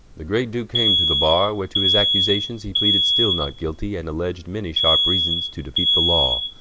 the great duke came to the bar where, to his accusations he pleaded still not guilty, and alleadged many sharpe reasons to defeat the law.